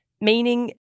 meaning